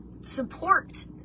support